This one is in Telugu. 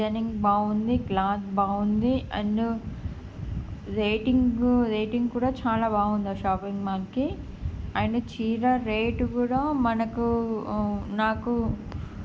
డిజైనింగ్ బాగుంది క్లాత్ బాగుంది అండ్ రేటింగ్ రేటింగ్ కూడా చాలా బాగుంది ఆ షాపింగ్ మాల్కి అండ్ చీర రేటు కూడా మనకు నాకు